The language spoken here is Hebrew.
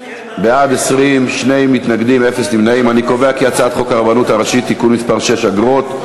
את הצעת חוק הרבנות הראשית (תיקון מס' 6) (אגרות),